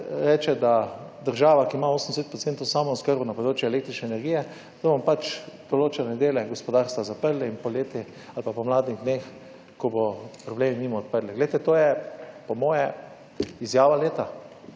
reče, da država, ki ima 80 % samooskrbo na področju električne energije, da bomo pač določene dele gospodarstva zaprli in poleti ali pa v pomladnih dneh, ko bo problem mimo, odprli. Glejte, to je po moje izjava leta.